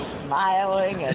smiling